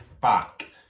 back